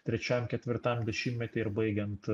trečiam ketvirtam dešimtmety ir baigiant